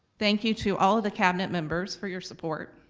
thank you to all of the cabinet members for your support.